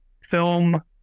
film